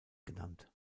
genannt